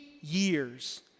years